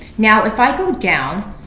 now, if i go down,